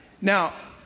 Now